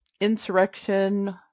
Insurrection